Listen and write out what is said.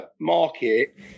market